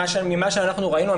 ממה שאנחנו ראינו,